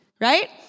right